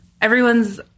everyone's